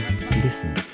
Listen